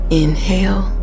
inhale